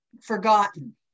forgotten